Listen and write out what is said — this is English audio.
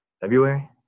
February